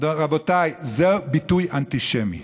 רבותיי, זה ביטוי אנטישמי.